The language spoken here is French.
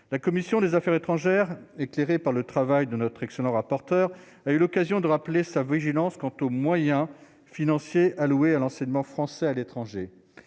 la commission des Affaires étrangères, éclairé par le travail de notre excellent rapporteur a eu l'occasion de rappeler sa vigilance quant aux moyens financiers alloués à l'enseignement français à l'étranger